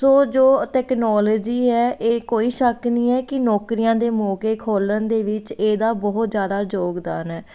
ਸੋ ਜੋ ਟੈਕਨਾਲਜੀ ਹੈ ਇਹ ਕੋਈ ਸ਼ੱਕ ਨਹੀਂ ਹੈ ਕਿ ਨੌਕਰੀਆਂ ਦੇ ਮੌਕੇ ਖੋਲਣ ਦੇ ਵਿੱਚ ਇਹਦਾ ਬਹੁਤ ਜ਼ਿਆਦਾ ਯੋਗਦਾਨ ਹੈ